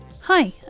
Hi